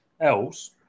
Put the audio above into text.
else